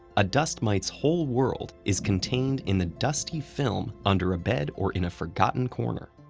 a dust mite's whole world is contained in the dusty film under a bed or in a forgotten corner.